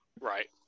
Right